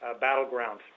battleground